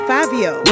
Fabio